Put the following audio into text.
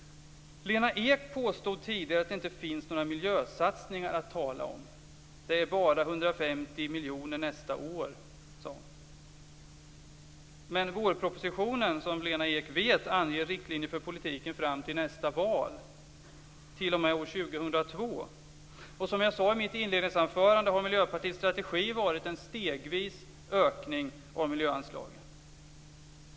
Lena Ek påstod tidigare att det inte finns några miljösatsningar att tala om. Det är bara 150 miljoner nästa år, sade hon. Men vårpropositionen anger, som Lena Ek vet, riktlinjer för politiken fram till nästa val - t.o.m. år 2002. Som jag sade i mitt inledningsanförande har Miljöpartiets strategi varit en stegvis ökning av miljöanslagen.